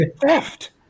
theft